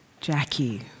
Jackie